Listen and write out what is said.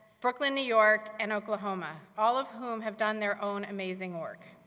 brooklyn new york and oklahoma. all of whom have done their own amazing work.